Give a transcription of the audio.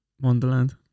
Wonderland